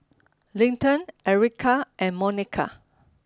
Linton Ericka and Monika